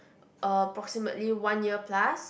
approximately one year plus